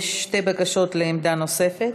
יש שתי בקשות לעמדה נוספת.